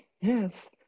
Yes